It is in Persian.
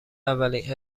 اولین